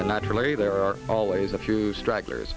naturally there are always a few straggler